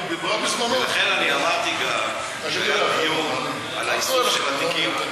לכן אני אמרתי כאן כשהיה דיון על איסוף התיקים,